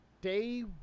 day